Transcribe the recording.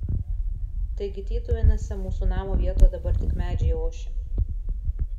taigi tytuvėnuose mūsų namo vietoje dabar tik medžiai ošia